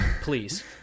Please